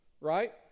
right